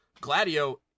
Gladio